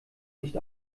nicht